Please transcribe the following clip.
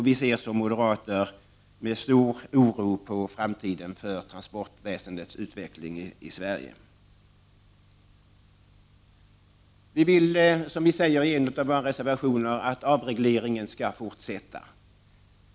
Vi moderater ser med stor oro på framtiden för transportväsendets utveckling i Sverige. Vi vill, som vi säger i en av våra reservationer, att avregleringen skall fortsätta.